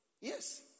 yes